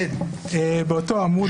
באותו עמוד,